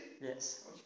Yes